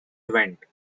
event